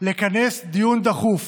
לכנס דיון דחוף